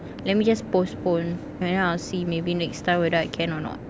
let me just postpone and then I'll see maybe next time whether I can or not